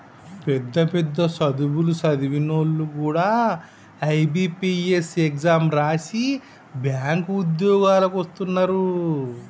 పెద్ద పెద్ద సదువులు సదివినోల్లు కూడా ఐ.బి.పీ.ఎస్ ఎగ్జాం రాసి బ్యేంకు ఉద్యోగాలకు వస్తున్నరు